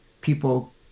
people